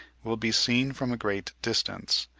will be seen from a great distance,